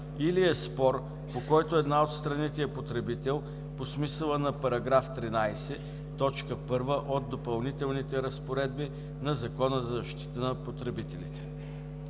„или е спор, по който една от страните е потребител по смисъл на § 13, т. 1 от Допълнителните разпоредби на Закона за защита на потребителите“.“